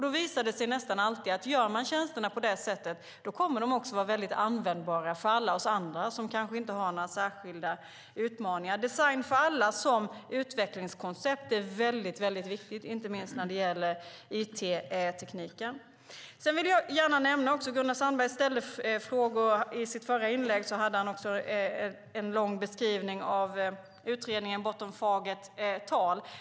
Då visar det sig nästan alltid att om man gör tjänsterna på det sättet kommer de också att vara väldigt användbara för alla oss andra som kanske inte har några särskilda utmaningar. Design för alla som utvecklingskoncept är väldigt viktigt, inte minst när det gäller it-tekniken. Gunnar Sandberg ställde i sitt förra inlägg frågor om och hade också en lång beskrivning av utredningen Bortom fagert tal .